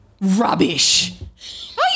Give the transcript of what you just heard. Rubbish